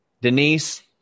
Denise